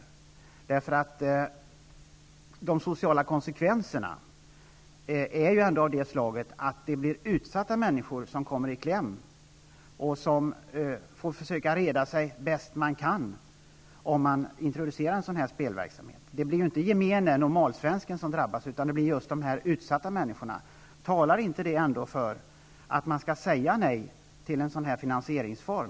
De sociala konsekvenserna av att man introducerar en sådan här spelverksamhet är ju ändå av det slaget att det blir utsatta människor som kommer i kläm och som får försöka reda sig bäst de kan. Det blir ju inte den gemene normalsvensken som drabbas, utan det blir just de utsatta människorna. Talar inte det ändå för att man över huvud taget skall säga nej till en sådan här finansieringsform?